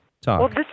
talk